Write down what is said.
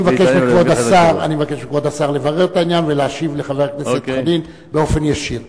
אני מבקש מכבוד השר לברר את העניין ולהשיב לחבר הכנסת חנין באופן ישיר.